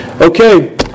Okay